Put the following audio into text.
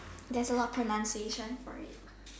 there's a lot of pronunciation for it